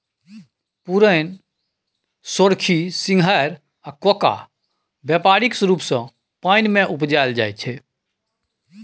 पुरैण, सोरखी, सिंघारि आ कोका बेपारिक रुप सँ पानि मे उपजाएल जाइ छै